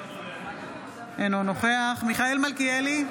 אינו נוכח מיכאל מלכיאלי,